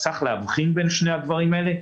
צריך להבחין בין שני הדברים הללו.